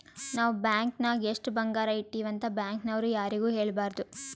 ನಾವ್ ಬ್ಯಾಂಕ್ ನಾಗ್ ಎಷ್ಟ ಬಂಗಾರ ಇಟ್ಟಿವಿ ಅಂತ್ ಬ್ಯಾಂಕ್ ನವ್ರು ಯಾರಿಗೂ ಹೇಳಬಾರ್ದು